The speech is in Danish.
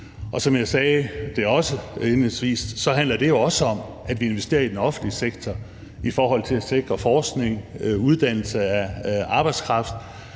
indledningsvis, handler det også om, at vi investerer i den offentlige sektor for at sikre forskning, uddannelse af arbejdskraft,